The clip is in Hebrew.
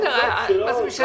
לא משנה.